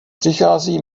přichází